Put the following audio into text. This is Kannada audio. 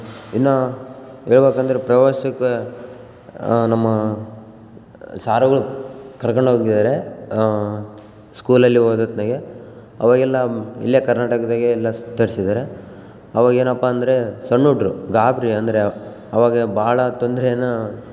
ಇನ್ನು ಹೇಳ್ಬೇಕಂದ್ರ್ ಪ್ರವಾಸಕ್ಕೆ ನಮ್ಮ ಸಾರುಗಳು ಕರ್ಕೊಂಡು ಹೋಗಿದಾರೆ ಸ್ಕೂಲಲ್ಲಿ ಓದೋ ಹೊತ್ನಾಗೆ ಅವಾಗೆಲ್ಲಇಲ್ಲೇ ಕರ್ನಾಟಕದಾಗೆ ಎಲ್ಲ ಸುತ್ತರ್ಸಿದಾರೆ ಆವಾಗೆನಪ್ಪಾ ಅಂದರೆ ಸಣ್ಣ ಹುಡ್ರು ಗಾಬರಿ ಅಂದರೆ ಆವಾಗ ಭಾಳ ತೊಂದ್ರೆ